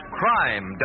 crime